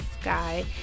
sky